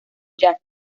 jack